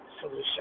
solution